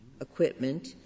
equipment